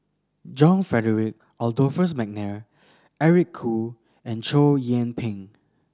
John Frederick Adolphus McNair Eric Khoo and Chow Yian Ping